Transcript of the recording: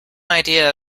idea